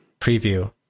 preview